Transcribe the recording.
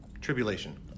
tribulation